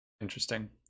Interesting